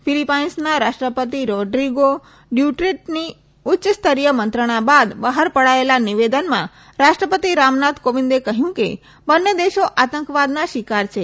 ફિલીપીન્સના રાષ્ટ્રપતિ રોડ્રિગો ડ્યૂટેર્ટેની ઉચ્ચસ્તરીય મંત્રણા બાદ બહાર પડાયેલા નિવેદનમાં રાષ્ટ્રપતિ રામનાથ કોવિંદે કહ્યું કે બંને દેશો આતંકવાદના શિકાર છે